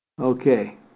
Okay